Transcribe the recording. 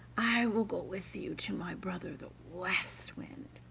i will go with you to my brother the west wind